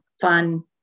fun